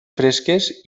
fresques